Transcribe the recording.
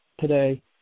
today